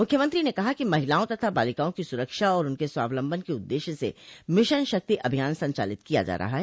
मुख्यमंत्री ने कहा कि महिलाओं तथा बालिकाओं की सुरक्षा और उनके स्वावलम्बन के उददेश्य से मिशन शक्ति अभियान संचालित किया जा रहा है